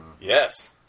Yes